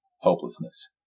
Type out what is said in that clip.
hopelessness